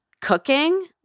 Cooking